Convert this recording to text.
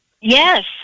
Yes